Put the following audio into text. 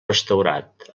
restaurat